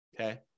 Okay